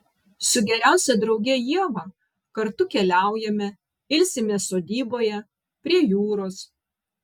su geriausia drauge ieva kartu keliaujame ilsimės sodyboje prie jūros